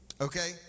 Okay